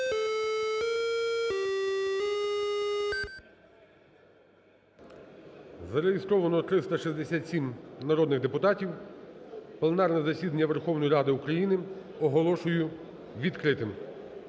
Зареєстровано 367 народних депутатів. Пленарне засідання Верховної Ради України оголошую відкритим.